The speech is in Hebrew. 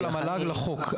של המל"ג לחוק.